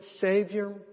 Savior